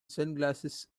sunglasses